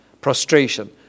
prostration